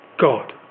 God